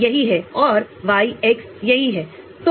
तो यह उनमें से कोई भी हो सकता है उनमें से कोई भी एक हो सकता है